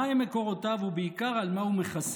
מהם מקורותיו ובעיקר על מה הוא מכסה,